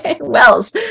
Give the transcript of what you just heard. Wells